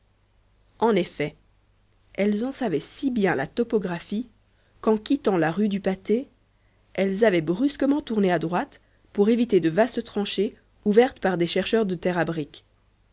en effet elles en savaient si bien la topographie qu'en quittant la rue du patay elles avaient brusquement tourné à droite pour éviter de vastes tranchées ouvertes par des chercheurs de terre à brique